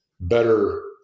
better